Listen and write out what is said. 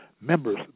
members